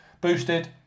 Boosted